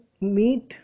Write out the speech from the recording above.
meet